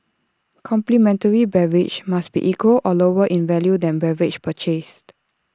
complimentary beverage must be equal or lower in value than beverage purchased